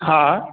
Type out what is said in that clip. हा